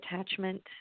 attachment